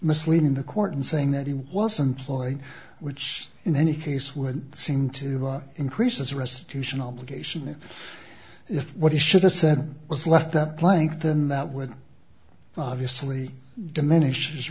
misleading the court and saying that he wasn't ploy which in any case would seem to increase as restitution obligation and if what he should have said was left that blank then that would obviously diminishes